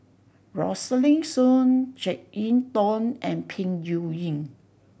Rosaline Soon Jek Yeun Thong and Peng Yuyun